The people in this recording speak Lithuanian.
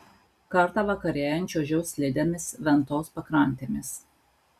kartą vakarėjant čiuožiau slidėmis ventos pakrantėmis